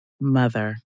mother